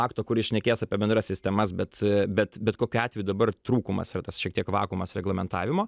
akto kuris šnekės apie bendras sistemas bet bet bet kokiu atveju dabar trūkumas yra tas šiek tiek vakuumas reglamentavimo